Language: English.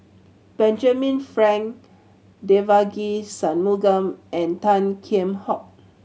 Benjamin Frank Devagi Sanmugam and Tan Kheam Hock